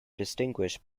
distinguished